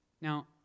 Now